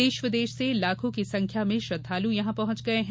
देश विदेश से लाखों की संख्या में श्रद्वालु यहां पहुंच गये हैं